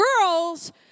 girls